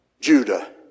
Judah